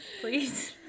please